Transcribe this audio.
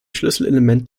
schlüsselelement